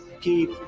keep